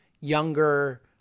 younger